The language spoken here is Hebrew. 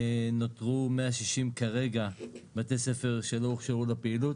נותרו 160 כרגע בתי ספר שלא הוכשרו לפעילות,